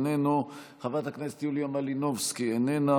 איננו,